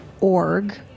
org